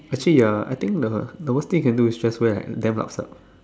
actually ya I think the the worst thing you can do is just wear like damn lap sup